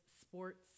sports